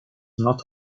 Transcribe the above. not